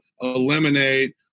eliminate